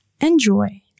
Enjoy